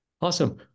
Awesome